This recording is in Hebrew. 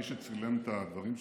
מי שצילם את הדברים שלי,